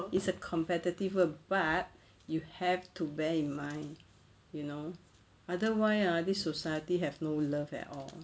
it's a competitive world but you have to bear in mind you know otherwise ah this society have no love at all